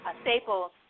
staples